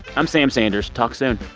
i'm sam sanders. talk soon